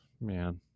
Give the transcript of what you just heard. Man